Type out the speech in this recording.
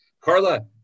Carla